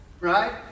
right